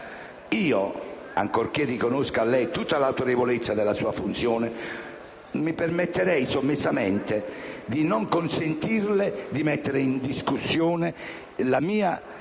ma, ancorché riconosca a lei tutta l'autorevolezza della sua funzione, mi permetterei sommessamente di non consentirle di mettere in discussione la mia attività